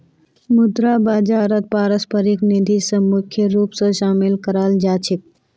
मुद्रा बाजारत पारस्परिक निधि स मुख्य रूप स शामिल कराल जा छेक